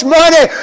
money